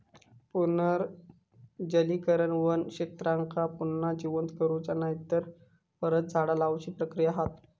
पुनर्जंगलीकरण वन क्षेत्रांका पुन्हा जिवंत करुची नायतर परत झाडा लाऊची प्रक्रिया हा